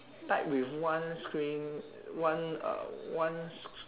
tied with one string one uh one str~